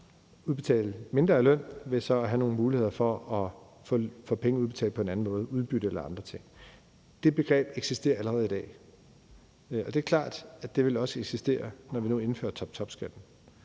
udbetale mindre i løn og ved så at have nogle muligheder for at få penge udbetalt på en anden måde, som udbytte eller andre ting. Det begreb eksisterer allerede i dag, og det er klart, at det også vil eksistere, når vi nu indfører toptopskatten.